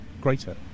greater